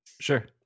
sure